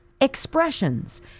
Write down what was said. expressions